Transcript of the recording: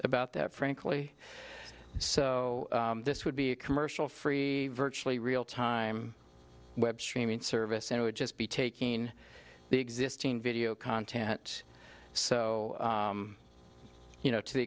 about that frankly so this would be a commercial free virtually real time web streaming service and it would just be taking the existing video content so you know to the